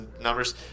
numbers